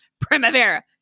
primavera